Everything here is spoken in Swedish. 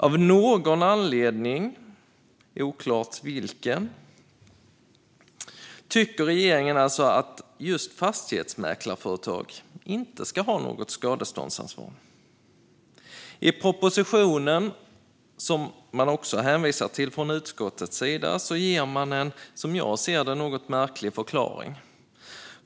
Av någon anledning, oklart vilken, tycker regeringen alltså att just fastighetsmäklarföretag inte ska ha något skadeståndsansvar. I propositionen, som man också hänvisar till från utskottets sida, ges en något märklig förklaring.